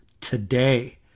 today